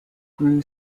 grew